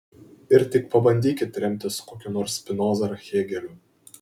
ir tik pabandykit remtis kokiu nors spinoza ar hėgeliu